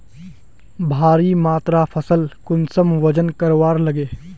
भारी मात्रा फसल कुंसम वजन करवार लगे?